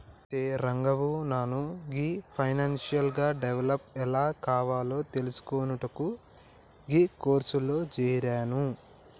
అయితే రంగవ్వ నాను గీ ఫైనాన్షియల్ గా డెవలప్ ఎలా కావాలో తెలిసికొనుటకు గీ కోర్సులో జేరాను